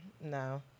no